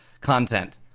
content